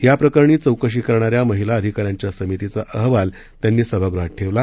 या प्रकरणी चौकशी करणाऱ्या महिला अधिकाऱ्यांच्या समितीचा अहवाल त्यांनी सभागृहात ठेवला